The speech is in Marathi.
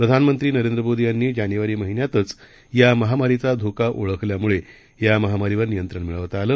प्रधानमंत्रीनरेंद्रमोदीयांनीजानेवारीमहिन्यातचयामहामारीचाधोकाओळखल्यामुळेयामहामारीवरनियंत्रणमिळवताआलं